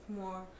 more